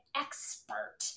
expert